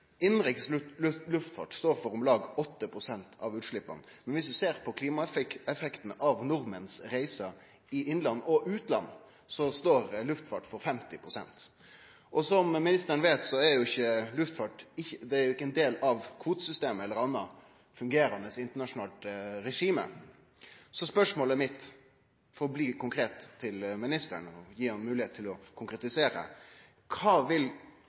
Innanriks luftfart står for om lag 8 pst. av utsleppa, men viss vi ser på klimaeffekten av nordmenns reiser i innland og utland, står luftfart for 50 pst. Som ministeren veit, er ikkje luftfart ein del av kvotesystemet eller noko anna fungerande internasjonalt regime. Så spørsmålet mitt til ministeren er – for å bli konkret og gje han moglegheit til å konkretisere: Kva vil